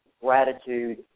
gratitude